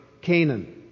Canaan